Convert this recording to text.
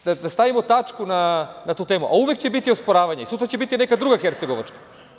Politički, da stavimo tačku na tu temu, a uvek će biti osporavanja, a sutra će biti neka druga Hercegovačka.